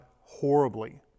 horribly